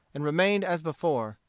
and remained as before.